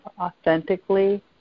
authentically